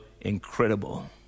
incredible